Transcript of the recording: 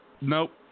Nope